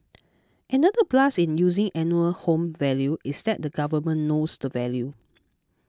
another plus in using annual home value is that the Government knows the value